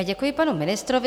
Děkuji panu ministrovi.